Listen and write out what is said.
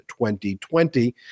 2020